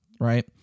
right